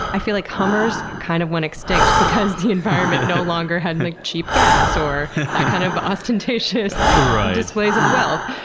i feel like hummers kind of went extinct because the environment no longer had and cheap gas, or that kind of ostentatious displays of wealth.